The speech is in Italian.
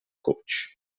coach